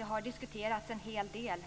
har ju diskuterats en hel del.